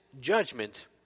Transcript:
judgment